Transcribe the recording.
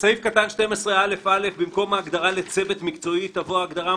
"בסעיף קטן 12(א) במקום ההגדרה "צוות מקצועי" תבוא ההגדרה: